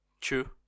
True